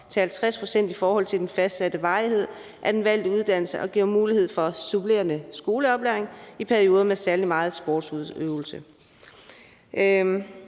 til 50 pct. i forhold til den fastsatte varighed af den valgte uddannelse, og den giver mulighed for supplerende skoleoplæring i perioder med særlig meget sportsudøvelse.